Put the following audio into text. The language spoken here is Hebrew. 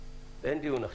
אין דיון עכשיו.